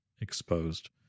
exposed